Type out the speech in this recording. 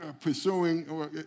pursuing